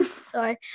sorry